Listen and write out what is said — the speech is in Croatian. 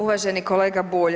Uvaženi kolega Bulj.